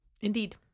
Indeed